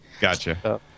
Gotcha